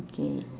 okay